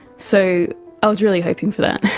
so i was really hoping for that.